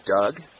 Doug